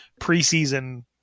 preseason